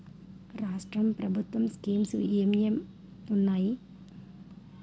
రాష్ట్రం ప్రభుత్వ స్కీమ్స్ ఎం ఎం ఉన్నాయి?